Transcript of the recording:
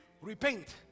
repent